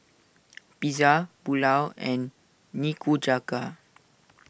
Pizza Pulao and Nikujaga